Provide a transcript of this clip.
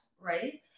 right